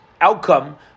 outcome